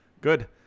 Good